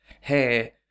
hey